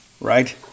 right